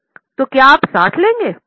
तो क्या आप 60 लेंगे